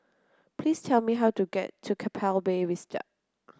please tell me how to get to Keppel Bay Vista